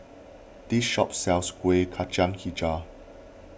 this shop sells Kueh Kacang HiJau